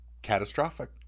catastrophic